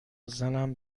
زنم